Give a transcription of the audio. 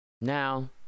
Now